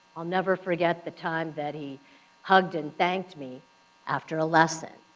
i'll never forget the time that he hugged and thanked me after a lesson.